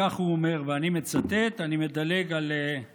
כך הוא אמר, ואני מצטט, אני מדלג על פסקאות,